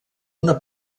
una